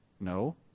No